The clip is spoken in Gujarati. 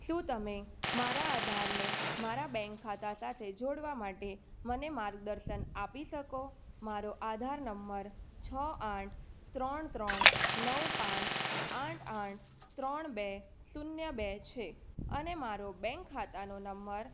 શું તમે મારા આધારને મારા બેંક ખાતા સાથે જોડવા માટે મને માર્ગદર્શન આપી શકો મારો આધાર નંબર છ આઠ ત્રણ ત્રણ નવ પાંચ આઠ આઠ ત્રણ બે શૂન્ય બે છે અને મારો બેંક ખાતાનો નંબર